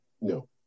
No